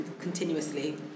continuously